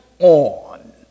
on